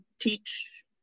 teach